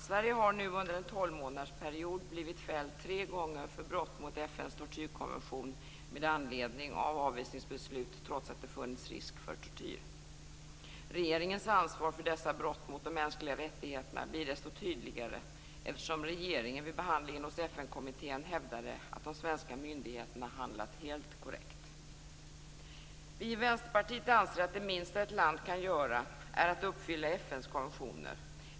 Sverige har nu under en tolvmånadersperiod blivit fällt tre gånger för brott mot FN:s tortyrkonvention med anledning av avvisningsbeslut trots att det funnits risk för tortyr. Regeringens ansvar för dessa brott mot de mänskliga rättigheterna blir desto tydligare eftersom regeringen vid behandlingen hos FN-kommittén hävdade att de svenska myndigheterna handlat helt korrekt. Vi i Vänsterpartiet anser att det minsta ett land kan göra är att uppfylla FN:s konventioner.